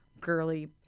girly